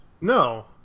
No